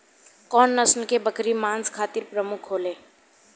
कउन नस्ल के बकरी मांस खातिर प्रमुख होले?